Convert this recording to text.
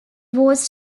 was